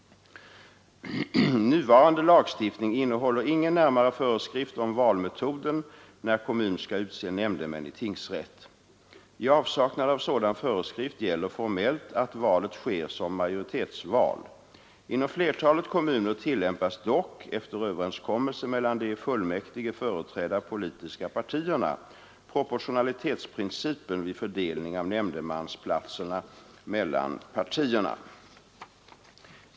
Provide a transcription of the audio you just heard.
Nuvarande lagstiftning innehåller ingen närmare föreskrift om valmetoden när kommun skall utse nämndemän i tingsrätt. I avsaknad av sådan föreskrift gäller formellt att valet sker som majoritetsval. Inom flertalet kommuner tillämpas dock — efter överenskommelse mellan de i fullmäktige företrädda politiska partierna — proportionalitetsprincipen vid fördelning av nämndemansplatserna mellan partierna.